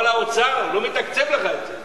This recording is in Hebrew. אבל האוצר לא מתקצב לך את זה.